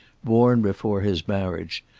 born before his marriage,